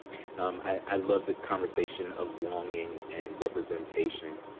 um i love this conversation of longing and representation.